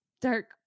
dark